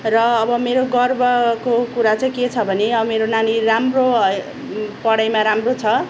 र अब मेरो गर्बको कुरा चैँ के छ भने अब मेरो नानी राम्रो पढाइमा राम्रो छ